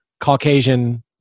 caucasian